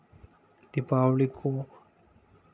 दीपावली को